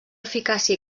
eficàcia